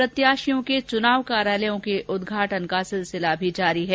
प्रत्याशियों के चुनाव कार्यालयों के उदघाटन का सिलसिला भी जारी है